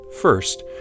First